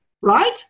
right